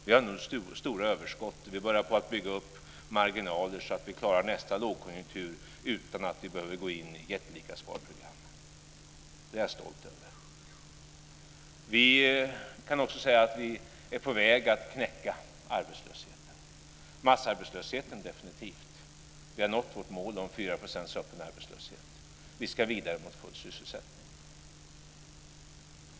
Vi har nu stora överskott, och vi börjar på att bygga upp marginaler så att vi klarar nästa lågkonjunktur utan att vi behöver gå in i jättelika sparprogram. Det är jag stolt över. Vi kan också säga att vi är på väg att knäcka arbetslösheten. Det gäller definitivt massarbetslösheten - vi har nått vårt mål om fyra procents öppen arbetslöshet. Vi ska vidare mot full sysselsättning.